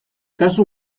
kasu